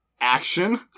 action